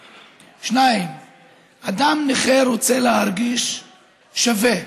2. אדם נכה רוצה להרגיש שווה,